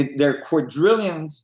they're quadrillion